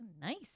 Nice